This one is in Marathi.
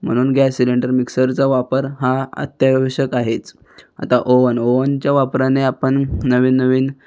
म्हणुन गॅस सिलिंडर मिक्सरचा वापर हा अत्यावश्यक आहेच आता ओव्हन ओव्हनच्या वापराने आपण नवीन नवीन